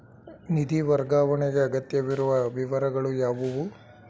ನಿಧಿ ವರ್ಗಾವಣೆಗೆ ಅಗತ್ಯವಿರುವ ವಿವರಗಳು ಯಾವುವು?